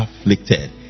afflicted